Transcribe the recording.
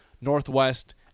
Northwest